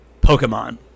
Pokemon